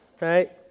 Right